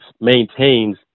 maintains